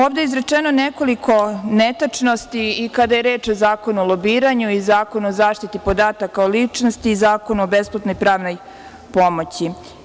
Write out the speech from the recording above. Ovde je izrečeno nekoliko netačnosti i kada je reč o Zakonu o lobiranju, Zakonu o zaštiti podataka o ličnosti i Zakonu o besplatnoj pravnoj pomoći.